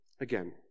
Again